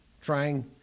trying